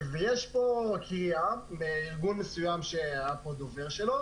יש פה קריאה מארגון מסוים שדיבר פה,